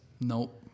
Nope